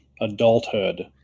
adulthood